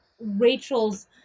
Rachel's